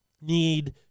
need